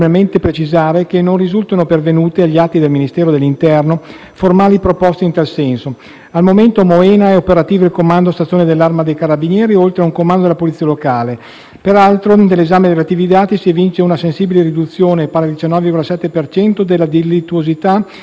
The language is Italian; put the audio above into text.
formali proposte in tal senso. Al momento a Moena è operativo un comando stazione dell'Arma dei carabinieri, oltre a un comando della polizia locale. Peraltro, dall'esame dei relativi dati, si evince una sensibile riduzione, pari al 19,7 per cento, della delittuosità nel predetto Comune nel periodo gennaio-ottobre 2018, se